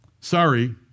sorry